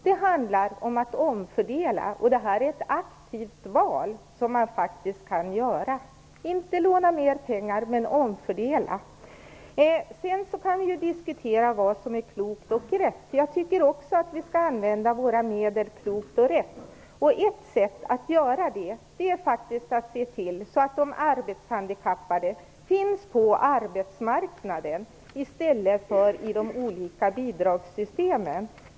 Det handlar om att omfördela. Detta är ett aktivt val som man kan göra: inte låna mera, men omfördela. Vi kan diskutera vad som är klokt och riktigt. Jag tycker också att vi skall använda våra medel på ett klokt och riktigt sätt. Ett sätt är att se till att de arbetshandikappade finns på arbetsmarknaden i stället för i de olika bidragssystemen.